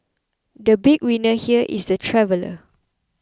the big winner here is the traveller